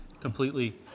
completely